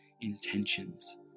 intentions